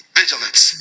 vigilance